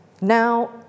Now